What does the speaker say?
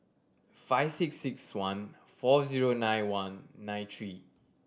five six six one four zero nine one nine three